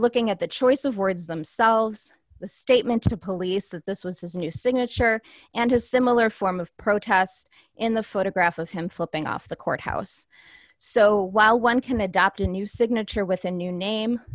looking at the choice of words themselves the statement to police that this was his new signature and a similar form of protest in the photograph of him flipping off the courthouse so while one can adopt a new signature with a new name